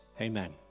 Amen